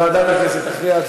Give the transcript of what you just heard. ועדת הכנסת תכריע.